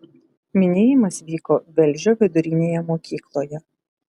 minėjimas vyko velžio vidurinėje mokykloje